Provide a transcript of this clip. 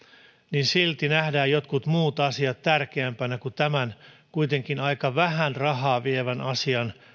niin silti nähdään jotkut muut asiat tärkeämpinä kuin tämän kuitenkin aika vähän rahaa vievän asian